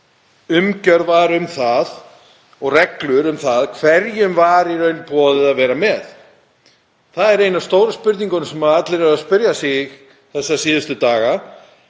umgjörð var um það og hvaða reglur voru um það hverjum var í raun boðið að vera með? Það er ein af stóru spurningunum sem allir spyrja sig þessa síðustu daga: